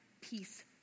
peace